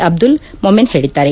ಅಬ್ದುಲ್ ಮೊಮೆನ್ ಹೇಳಿದ್ದಾರೆ